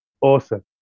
Awesome